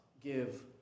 give